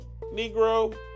Negro